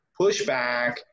pushback